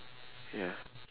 ya